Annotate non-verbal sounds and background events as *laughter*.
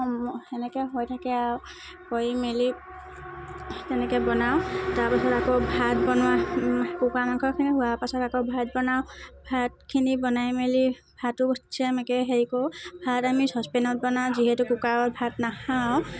তেনেকৈ হৈ থাকে আৰু কৰি মেলি তেনেকৈ বনাওঁ তাৰপিছত আকৌ ভাত বনোৱা কুকুৰা মাংসখিনি হোৱা পাছত আকৌ ভাত বনাওঁ ভাতখিনি বনাই মেলি *unintelligible* হেৰি কৰোঁ ভাত আমি চ'চপেনত বনাওঁ যিহেতু কুকাৰৰ ভাত নাখাওঁ